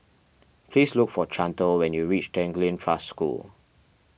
please look for Chantal when you reach Tanglin Trust School